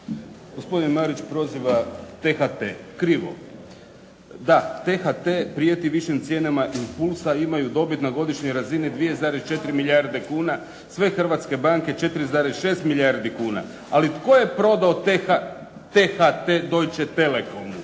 Gospodin Marić proziva T-HT. Krivo. Da T-HT prijeti višim cijenama impulsa, imaju dobit na godišnjoj razini 2,4 milijarde kuna, sve hrvatske banke 4,6 milijardi kuna, ali tko je prodao T-HT "Deutsche Telecomu"?